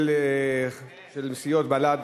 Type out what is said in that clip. של סיעות בל"ד,